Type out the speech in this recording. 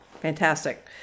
fantastic